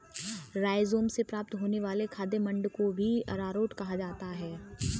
rhizome से प्राप्त होने वाले खाद्य मंड को भी अरारोट ही कहा जाता है